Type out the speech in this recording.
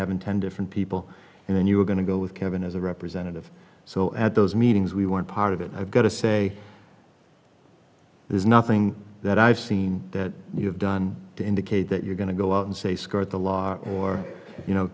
having ten different people and then you're going to go with kevin as a representative so at those meetings we weren't part of it i've got to say there's nothing that i've seen that you have done to indicate that you're going to go out and say skirt the law or you know